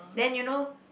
then you know